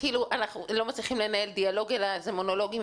אנחנו לא מצליחים לנהל דיאלוג אלא זה מונולוגים,